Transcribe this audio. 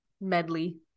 medley